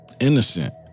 innocent